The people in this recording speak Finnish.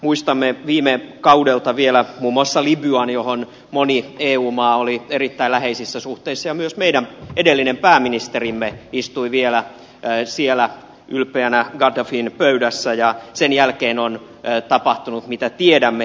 muistamme viime kaudelta vielä muun muassa libyan johon moni eu maa oli erittäin läheisissä suhteissa ja myös meidän edellinen pääministerimme istui vielä siellä ylpeänä gaddafin pöydässä ja sen jälkeen on tapahtunut mitä tiedämme